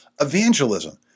evangelism